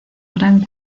gran